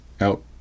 out